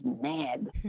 mad